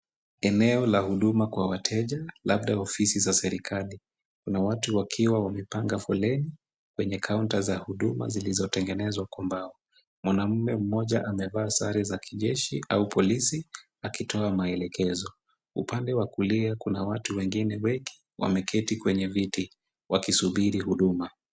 Eneo la huduma kwa wateja, labda ofisi za serikali. Kuna watu wakiwa wamepanga labda kwenye kaunta za huduma zilizotengwa kwa mbao. Mwanaume mmoja amevaa nguo za kijeshi au polisi akitoa maelekezo. Upande wa kulia kuna watu wengine wengi wameketi kwenye viti wakisubiri huduma.